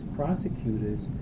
prosecutors